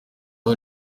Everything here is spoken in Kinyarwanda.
uwo